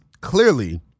clearly